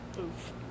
Oof